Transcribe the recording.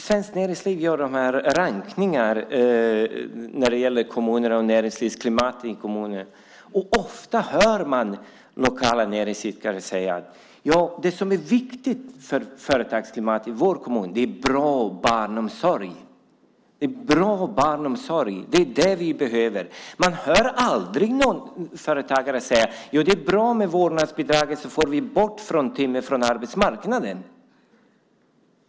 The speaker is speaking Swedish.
Svenskt näringsliv gör rankningar när det gäller näringslivsklimatet i kommunerna, och man hör ofta lokala näringsidkare säga att det som är viktigt för företagsklimatet i kommunen är bra barnomsorg: Det är bra barnomsorg vi behöver. Man hör aldrig någon företagare säga att det är bra med vårdnadsbidraget för att det får bort fruntimmer från arbetsmarknaden.